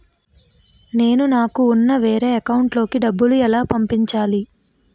నేను నాకు ఉన్న వేరే అకౌంట్ లో కి డబ్బులు ఎలా పంపించాలి?